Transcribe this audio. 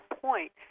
point